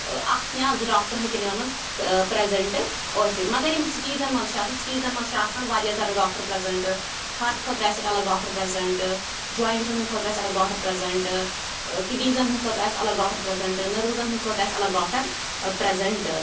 ٲں اکھ یا زٕ ڈاکٹر ہیٚکن تِمن مَنٛز ٲں پرٛیٚزنٛٹہٕ ٲسِتھ مگر یِم سِٹیٖزَن مَنٛز چھِ آسان سِٹیٖزَن مَنٛز چھِ آسان واریاہ زیادٕ ڈاکٹر پرٛیٚزنٹہٕ ہارٹ خٲطرٕ آسہِ تتہِ الگ ڈاکٹر پرٛیٚزنٹہٕ جۄایِنٹزَن ہنٛدۍ خٲطرٕ آسہِ الگ ڈاکٹر پرٛیٚزنٹہٕ ٲں کِڈنیٖزَن ہنٛدۍ خٲطرٕ آسہِ الگ ڈاکٹر پرٛیٚزنٹہٕ نٔروٕزَن ہنٛدۍ خٲطرٕ آسہِ الگ ڈاکٹر ٲں پرٛیٚزنٹہٕ